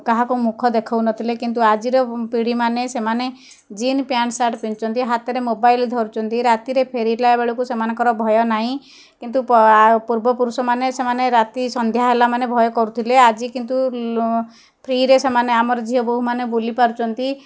କାହାକୁ ମୁଖ ଦେଖାଉ ନଥିଲେ କିନ୍ତୁ ଆଜିର ପିଢ଼ି ମାନେ ସେମାନେ ଜୀନ୍ସ ପ୍ୟାଣ୍ଟ ସାର୍ଟ ପିନ୍ଧୁଛନ୍ତି ହାତରେ ମୋବାଇଲ ଧରୁଛନ୍ତି ରାତିରେ ଫେରିଲା ବେଳକୁ ସେମାନଙ୍କର ଭୟ ନାହିଁ କିନ୍ତୁ ପୂର୍ବପୁରୁଷ ମାନେ ସେମାନେ ରାତି ସନ୍ଧ୍ୟା ହେଲା ମାନେ ଭୟ କରୁଥିଲେ ଆଜି କିନ୍ତୁ ଫ୍ରିରେ ସେମାନେ ଆମର ଝିଅ ବୋହୁ ମାନେ ବୁଲି ପାରୁଛନ୍ତି